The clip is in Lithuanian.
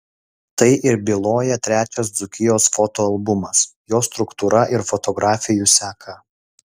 tai ir byloja trečias dzūkijos fotoalbumas jo struktūra ir fotografijų seka